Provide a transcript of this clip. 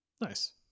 Nice